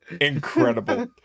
Incredible